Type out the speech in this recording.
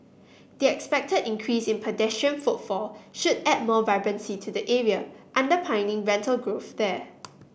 the expected increase in pedestrian footfall should add more vibrancy to the area underpinning rental growth there